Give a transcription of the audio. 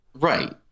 Right